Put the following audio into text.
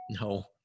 No